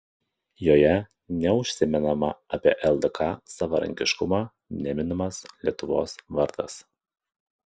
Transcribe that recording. joje neužsimenama apie ldk savarankiškumą neminimas lietuvos vardas